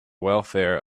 welfare